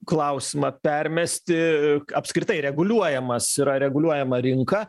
klausimą permesti apskritai reguliuojamas yra reguliuojama rinka